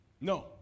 No